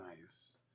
Nice